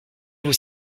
vous